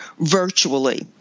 virtually